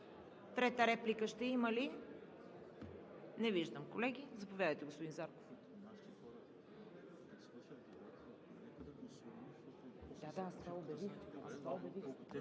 Трета реплика ще има ли? Не виждам. Заповядайте, господин Зарков.